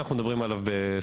אנחנו מדברים על השלישי ב-2025.